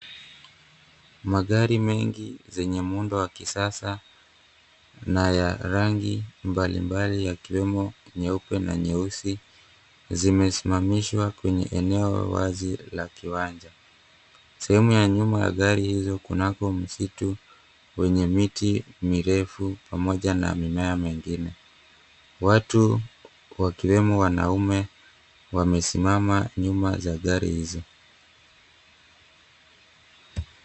Magari mengi zenye muundo wa kisasa na ya rangi mbalimbali yakiwemo nyeupe na nyeusi zimesimamishwa kwenye eneo wazi la kiwanja. Sehemu ya nyuma ya gari hizo kunako msitu wenye miti mirefu pamoja mamimea mingine. Watu wakiwemo wanaume wamesimama nyuma ya gari hizo.